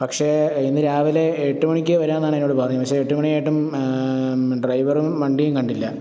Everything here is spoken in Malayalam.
പക്ഷെ ഇന്ന് രാവിലെ എട്ട് മണിക്ക് വരാമെന്നാണെന്നോട് പറഞ്ഞത് പക്ഷേ എട്ട് മണിയായിട്ടും ഡ്രൈവറും വണ്ടിയും കണ്ടില്ല